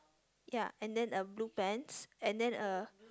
ya and then a blue pants and then a